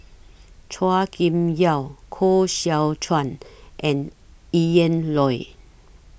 Chua Kim Yeow Koh Seow Chuan and Ian Loy